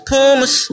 Pumas